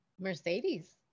Mercedes